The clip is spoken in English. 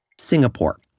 Singapore